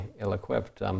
ill-equipped